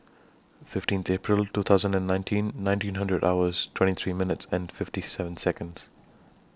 fifteenth April two thousand and nineteen ninety hundred hours twenty three minutes and fifty seven Seconds